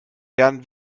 werden